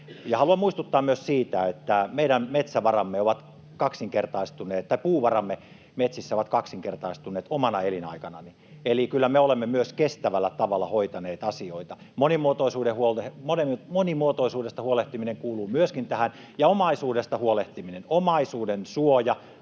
kaksinkertaistuneet, tai puuvaramme metsissä ovat kaksinkertaistuneet, omana elinaikanani. Eli kyllä me olemme myös kestävällä tavalla hoitaneet asioita. Monimuotoisuudesta huolehtiminen kuuluu myöskin tähän, ja omaisuudesta huolehtiminen. Omaisuuden suoja